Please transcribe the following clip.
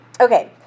Okay